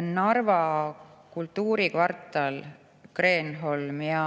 Narva Kultuurikvartal Kreenholm ja